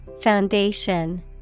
Foundation